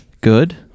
Good